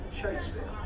Shakespeare